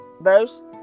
verse